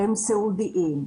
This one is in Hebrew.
והם סיעודיים,